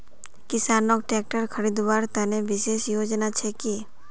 किसानोक ट्रेक्टर खरीदवार तने विशेष योजना छे कि?